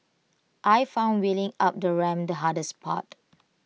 I found wheeling up the ramp the hardest part